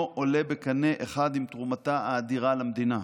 עולה בקנה אחד עם תרומתם האדירה למדינה.